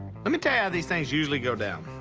let me tell you how these things usually go down.